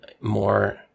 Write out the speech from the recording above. more